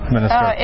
Minister